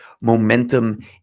momentum